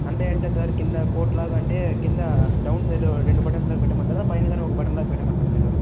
అంటే అంటే సార్ కింద కోట్ లాగ అంటే కింద డౌన్ సైడ్లో రెండు బటన్స్ లాగ పెట్టమంటారా పైన కానీ ఒక బటన్ లాగ పెట్టమంటారా మీరు